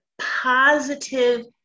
Positive